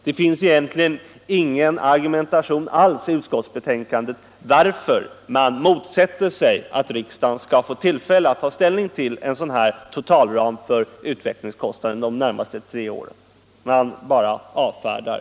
Det finns egentligen ingen argumentation alls i betänkandet om varför utskottet motsätter sig att riksdagen skall få tillfälle att ta ställning till en totalram för utvecklingskostnaderna de närmaste tre åren. Förslaget bara avfärdas.